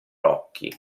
occhi